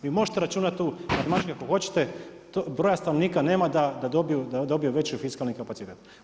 Vi možete računati tu matematiku ako hoćete, broja stanovnika nema da dobiju veću fiskalni kapacitet.